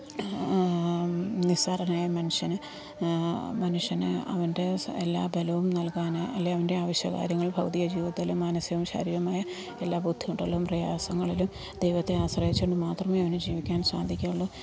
നിസ്സാരനായ മനുഷ്യനെ മനുഷ്യന് അവൻ്റെ എല്ലാ ബലവും നൽകാനെ അല്ലേ അവൻ്റെ ആവശ്യ കാര്യങ്ങൾ ഭൗതിക ജീവിതത്തിലും മാനസികവും ശാരീരവുമായ എല്ലാ ബുദ്ധിമുട്ടുകളിലും പ്രയാസങ്ങളിലും ദൈവത്തെ ആശ്രയിച്ചു കൊണ്ട് മാത്രമേ അവൻ ജീവിക്കാൻ സാധിക്കുകയുള്ളൂ